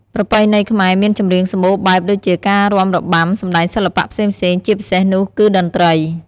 ប្រពៃណីខ្មែរមានចម្រៀងសម្បូរបែបដូចជាការរាំរបាំ សម្តែងសិល្បៈផ្សេងៗ ជាពិសេសនោះគឺតន្រ្តី។